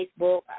Facebook